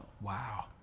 Wow